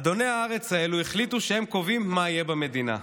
אדוני הארץ האלו החליטו שהם קובעים מה יהיה במדינה.